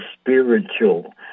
spiritual